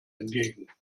entgegen